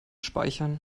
speichern